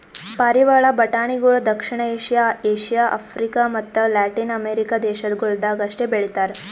ಪಾರಿವಾಳ ಬಟಾಣಿಗೊಳ್ ದಕ್ಷಿಣ ಏಷ್ಯಾ, ಏಷ್ಯಾ, ಆಫ್ರಿಕ ಮತ್ತ ಲ್ಯಾಟಿನ್ ಅಮೆರಿಕ ದೇಶಗೊಳ್ದಾಗ್ ಅಷ್ಟೆ ಬೆಳಿತಾರ್